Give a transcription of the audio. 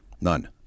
none